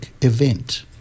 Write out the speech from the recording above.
event